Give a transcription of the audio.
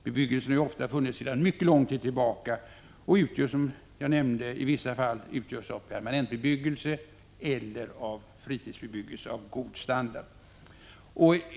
Bebyggelsen har ofta funnits sedan mycket lång tid tillbaka och utgörs, som jag nämnde, i vissa fall av permanentbebyggelse eller fritidsbebyggelse av god standard.